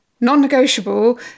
non-negotiable